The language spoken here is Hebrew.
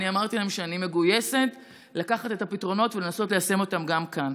ואני אמרתי להם שאני מגויסת לקחת את הפתרונות ולנסות ליישם אותם גם כאן.